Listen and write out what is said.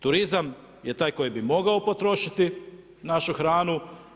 Turizam je taj koji bi mogao potrošiti našu hranu.